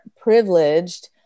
privileged